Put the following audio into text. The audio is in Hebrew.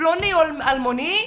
פלוני אלמוני,